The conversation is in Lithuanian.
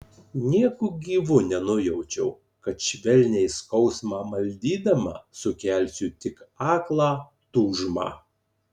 nieku gyvu nenujaučiau kad švelniai skausmą maldydama sukelsiu tik aklą tūžmą